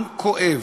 עם כואב,